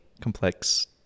complex